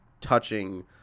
touching